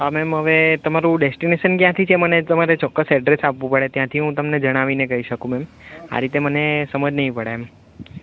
હા મેમ હવે તમારું ડેસ્ટિનેશન ક્યાંથી છે મને તમારે ચોક્કસ એડ્રેસ આપવું પડે ત્યાંથી હું તમને જણાવીને કહી શકું મેમ આ રીતે મને સમજ નહીં પડે એમ